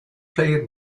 player